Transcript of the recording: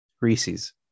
Reese's